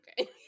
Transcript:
Okay